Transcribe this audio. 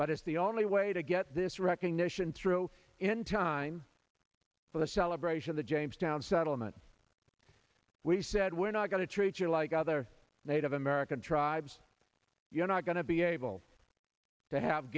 as the only way to get this recognition through in time for the celebration of the jamestown settlement we said we're not going to treat you like other native american tribes you're not going to be able to have